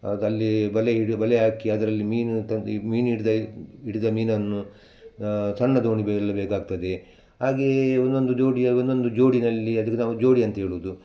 ಅದು ಅಲ್ಲಿ ಬಲೆ ಹಿಡಿ ಬಲೆ ಹಾಕಿ ಅದರಲ್ಲಿ ಮೀನು ತಂದು ಮೀನು ಹಿಡ್ದಾಗಿ ಹಿಡಿದ ಮೀನನ್ನು ಸಣ್ಣ ದೋಣಿ ಬೇಯಲ್ಲ ಬೇಕಾಗ್ತದೆ ಹಾಗೆಯೇ ಒಂದೊಂದು ಜೋಡಿಯ ಒಂದೊಂದು ಜೋಡಿಯಲ್ಲಿ ಅದಕ್ಕೆ ನಾವು ಜೋಡಿ ಅಂತ ಹೇಳುವುದು